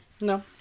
No